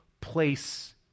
place